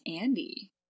Andy